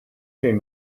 xejn